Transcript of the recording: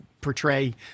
portray